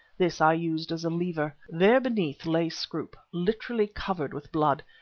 this i used as a lever. there beneath lay scroope, literally covered with blood,